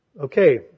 Okay